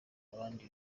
abandi